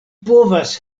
povas